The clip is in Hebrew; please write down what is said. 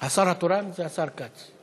השר התורן זה השר כץ,